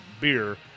beer